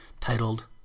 titled